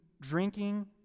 drinking